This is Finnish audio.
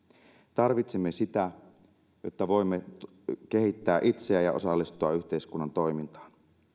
tarvitsemme sitä jotta voimme kehittää itseämme ja osallistua yhteiskunnan toimintaan